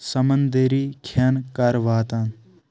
سَمنٛدٔری کھیٚن کَر واتان